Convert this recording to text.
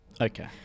Okay